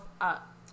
up